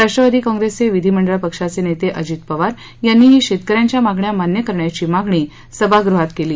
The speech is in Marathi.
राष्ट्रवादी काँग्रेसचे विधिमंडळ पक्षाचे नेते अजित पवार यांनीही शेतकऱ्यांच्या मागण्या मान्य करण्याची मागणी सभागृहात केली